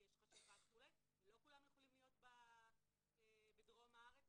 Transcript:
כי יש חשיבה וכו' ולא כולם יכולים להיות בדרום הארץ.